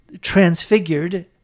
transfigured